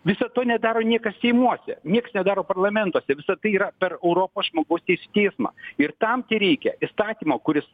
viso to nedaro niekas seimuose nieks nedaro parlamentuose visur tai yra per europos žmogaus teisių teismą ir tam tereikia įstatymo kuris